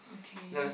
okay